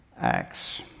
Acts